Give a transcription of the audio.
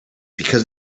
because